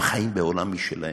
הם חיים בעולם משלהם.